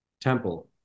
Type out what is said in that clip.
temple